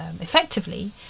effectively